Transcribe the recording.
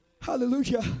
HALLELUJAH